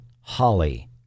Holly